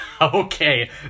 Okay